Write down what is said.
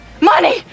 Money